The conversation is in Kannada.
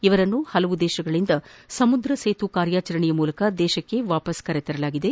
ಇವರನ್ನು ಹಲವು ದೇಶಗಳಿಂದ ಸಮುದ್ರ ಸೇತು ಕಾರ್ಯಾಚರಣೆಯ ಮೂಲಕ ದೇಶಕ್ಕೆ ವಾಪಸ್ ಕರೆ ತರಲಾಗಿದೆ